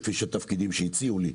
כמו התפקידים שהציעו לי.